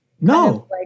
No